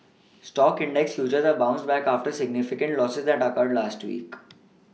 stock index futures have bounced back after significant Losses that occurred last week